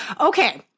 Okay